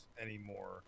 anymore